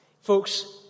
Folks